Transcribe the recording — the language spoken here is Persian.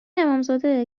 امامزاده